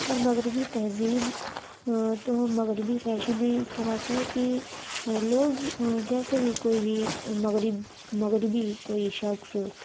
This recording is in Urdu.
اور مغربی تہذیب او تو مغربی فیشن ہی اس طرح سے کہ لوگ جیسے بھی کوئی بھی مغرب مغربی کوئی شخص